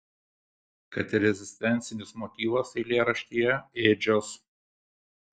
kad ir rezistencinis motyvas eilėraštyje ėdžios